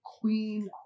Queen